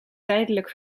tijdelijk